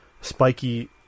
spiky